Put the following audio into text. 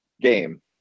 game